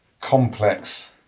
complex